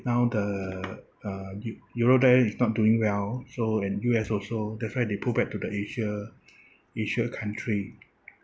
now the uh eu~ europe there is not doing well so and U_S also that's why they pull back to the asia asia country